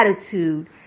attitude